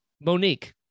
Monique